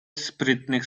sprytnych